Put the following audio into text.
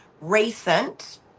recent